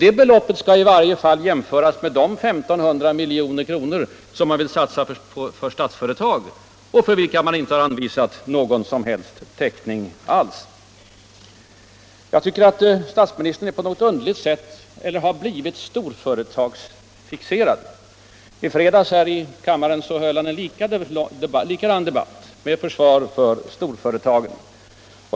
Det beloppet skall i varje fall jämföras med de 1500 milj.kr. som regeringen vill satsa på Statsföretag — och för vilka man inte har anvisat någon som helst täckning. Allmänpolitisk debatt Allmänpolitisk debatt Statsministern har på något underligt sätt blivit storföretagsfixerad. I fredags förde han här i kammaren en likadan debatt med försvar för storföretagen.